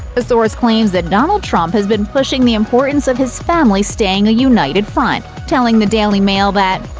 a source claims that donald trump has been pushing the importance of his family staying a united front, telling the daily mail that,